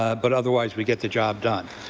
ah but otherwise we get the job done.